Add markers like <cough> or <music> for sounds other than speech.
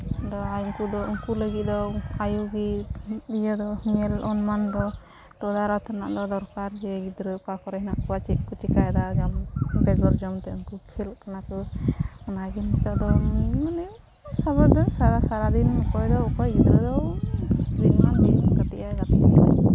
ᱫᱚ ᱩᱱᱠᱩ ᱫᱚ ᱩᱱᱠᱩ ᱞᱟᱹᱜᱤᱫ ᱫᱚ ᱟᱭᱳ ᱜᱮ ᱧᱮᱞ ᱚᱱᱢᱟᱱ ᱫᱚ ᱛᱚᱫᱟᱨᱚᱛ ᱨᱮᱱᱟᱜ ᱫᱚ ᱫᱚᱨᱠᱟᱨ ᱡᱮ ᱜᱤᱫᱽᱨᱟᱹ ᱚᱠᱟ ᱠᱚᱨᱮ ᱦᱮᱱᱟᱜ ᱠᱚᱣᱟ ᱪᱮᱫ ᱠᱚ ᱪᱤᱠᱟᱭᱮᱫᱟ ᱡᱚᱢ ᱵᱮᱜᱚᱨ ᱡᱚᱢᱛᱮ ᱩᱱᱠᱩ ᱠᱷᱮᱞᱚᱜ ᱠᱟᱱᱟ ᱠᱚ ᱚᱱᱟᱜᱮ ᱱᱤᱛᱚᱜ ᱫᱚ ᱢᱟᱱᱮ <unintelligible> ᱥᱟᱨᱟ ᱥᱟᱨᱟᱫᱤᱱ ᱚᱠᱚᱭ ᱫᱚ ᱚᱠᱚᱭ ᱜᱤᱫᱽᱨᱟᱹ ᱫᱚ <unintelligible> ᱜᱟᱛᱮᱜ ᱟᱭ